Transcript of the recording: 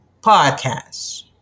podcast